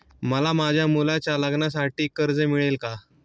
मला माझ्या मुलाच्या लग्नासाठी कर्ज मिळेल का?